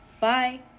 Bye